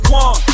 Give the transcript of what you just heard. one